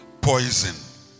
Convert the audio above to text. poison